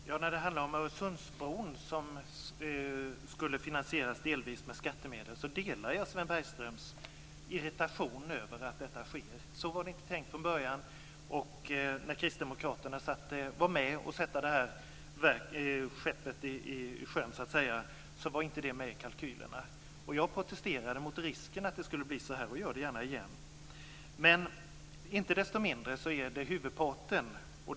Fru talman! När det handlar om Öresundsbron, som finansieras delvis med skattemedel, delar jag Sven Bergströms irritation över att detta sker. Så var det inte tänkt från början. När Kristdemokraterna var med om att sätta detta skepp i sjön fanns inte det med i kalkylerna. Jag protesterade mot risken att det skulle bli så här, och jag gör det gärna igen. Inte desto mindre gäller det huvudparten.